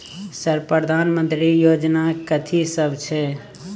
Sir प्रधानमंत्री योजना कथि सब छै?